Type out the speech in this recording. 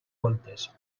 voltes